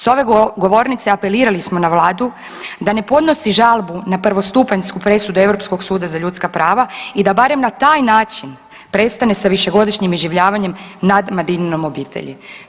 Sa ove govornice apelirali smo na Vladu da ne podnosi žalbu na prvostupanjsku presudu Europskog suda za ljudska prava i da barem na taj način prestane sa višegodišnjim iživljavanjem nad Madininom obitelji.